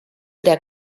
der